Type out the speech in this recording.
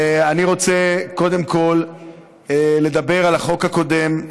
אני רוצה קודם כול לדבר על החוק הקודם,